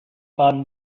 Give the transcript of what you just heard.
baden